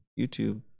YouTube